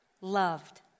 loved